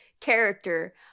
character